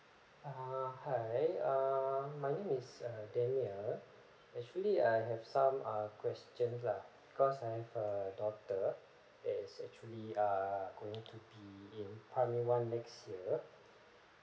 ah hi err my name is uh daniel actually I have some uh questions lah cause I have a daughter eh it's actually ah going to be in primary one next year